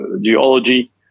geology